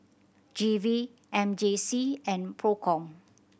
G V M J C and Procom